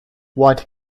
what